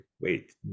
Wait